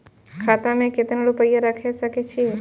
खाता में केतना रूपया रैख सके छी?